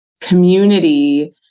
community